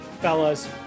Fellas